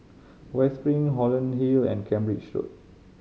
West Spring Holland Hill and Cambridge Road